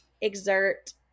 exert